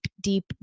deep